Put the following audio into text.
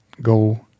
go